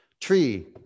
Tree